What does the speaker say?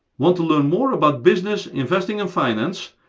want to learn more about business, investing and finance?